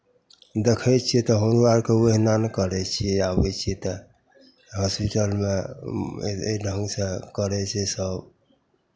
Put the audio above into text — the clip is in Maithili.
देखै छियै तऽ हमरो आरकेँ ओहिना नए करै छियै आबै छियै तऽ हॉस्पिटलमे एन् ए एनाहुसँ करै छै सभ